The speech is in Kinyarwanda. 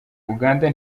uganda